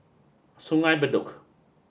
Sungei Bedok